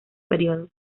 periodos